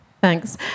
Thanks